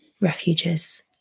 refuges